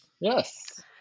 Yes